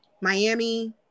Miami